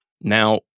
Now